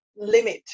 limit